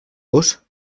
gos